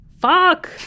fuck